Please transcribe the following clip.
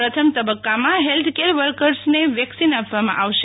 પ્રથમ તબક્કામાં હેલ્થકેર વર્કસને વેકસીન આપવામાં આવશે